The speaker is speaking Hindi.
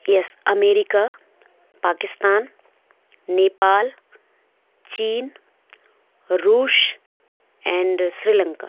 येस अमेरिका पाकिस्तान नेपाल चीन रूस एंड श्रीलंका